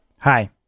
Hi